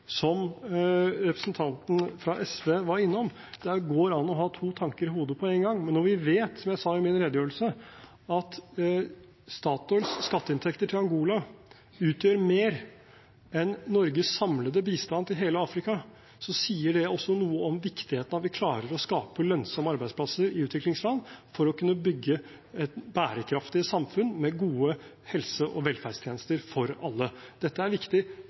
som representanten fra SV var innom. Det går an å ha to tanker i hodet på en gang. Men når vi vet, som jeg sa i min redegjørelse, at Statoils skatteinntekter til Angola utgjør mer enn Norges samlede bistand til hele Afrika, sier det også noe om viktigheten av at vi klarer å skape lønnsomme arbeidsplasser i utviklingsland for å kunne bygge et bærekraftig samfunn med gode helse- og velferdstjenester for alle. Dette er viktig